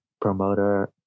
promoter